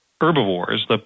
herbivores